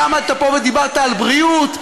אתה עמדת פה ודיברת על בריאות?